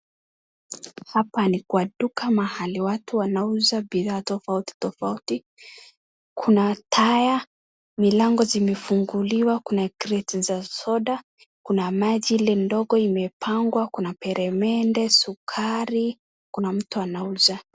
Hapa ni kwa duka mahali watu wanauza bidhaa tofauti tofauti. Kuna taya, milango zimefunguliwa. Kuna kreti za soda, kuna maji ile ndogo imepangwa. Kuna peremende, sukari, kuna mtu anauza.